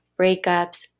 breakups